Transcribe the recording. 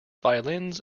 violins